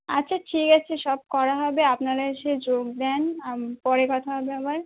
আচ্ছা ঠিক আছে সব করা হবে আপনারা এসে যোগ দিন পরে কথা হবে আবার